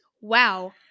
wow